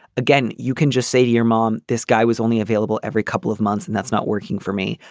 again you can just say to your mom this guy was only available every couple of months and that's not working for me.